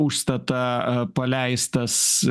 užstatą paleistas